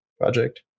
project